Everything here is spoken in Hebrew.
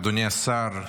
אדוני השר,